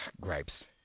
Gripes